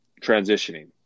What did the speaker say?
transitioning